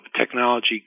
technology